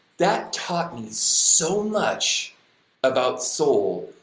that taught me so much about soul,